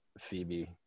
Phoebe